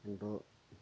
কিন্তু